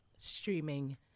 streaming